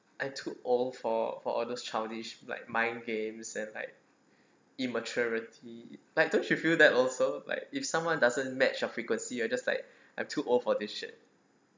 I'm too old for for all those childish like mind games and like immaturity like don't you feel that also like if someone doesn't match your frequency or just like I'm too old for this shit